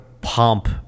pomp